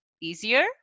easier